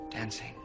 Dancing